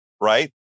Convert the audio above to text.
right